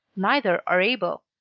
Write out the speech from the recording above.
neither are able.